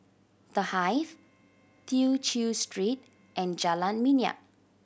The Hive Tew Chew Street and Jalan Minyak